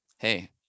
hey